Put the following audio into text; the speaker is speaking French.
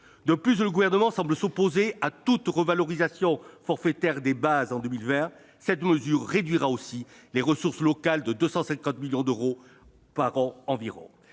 De plus, le Gouvernement semble s'opposer à toute revalorisation forfaitaire des bases en 2020. Cette mesure réduira aussi les ressources locales, de 250 millions d'euros par an environ.